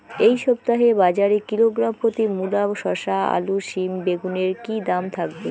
এই সপ্তাহে বাজারে কিলোগ্রাম প্রতি মূলা শসা আলু সিম বেগুনের কী দাম থাকবে?